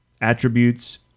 attributes